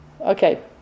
Okay